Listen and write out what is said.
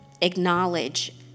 acknowledge